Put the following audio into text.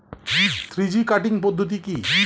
Three G cutting পদ্ধতি কি?